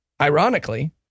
Ironically